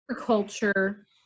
Culture